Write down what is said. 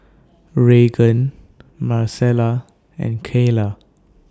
Reagan Marcella and Kaela